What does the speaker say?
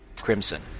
crimson